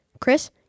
Chris